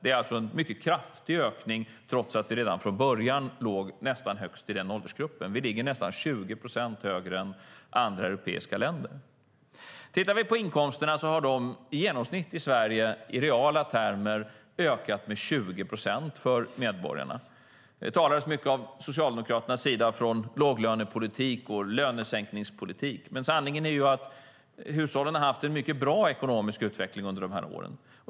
Det är alltså en mycket kraftig ökning trots att vi redan från början låg nästan högst i den åldersgruppen. Vi ligger nästan 20 procent högre än andra europeiska länder. Tittar vi på inkomsterna i Sverige ser vi att de i genomsnitt i reala termer har ökat med 20 procent för medborgarna. Det talades mycket från Socialdemokraternas sida om låglönepolitik och lönesänkningspolitik. Men sanningen är ju att hushållen har haft en mycket bra ekonomisk utveckling under dessa år.